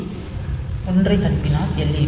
டிக்கு 1 ஐ அனுப்பினால் எல்